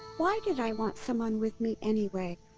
why did i want someone with me anyway?